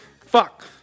fuck